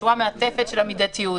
שהוא המעטפת של המידתיות,